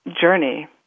journey